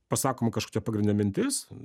pasakoma kažkokia pagrindinė mintis